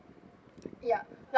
yup